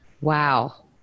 Wow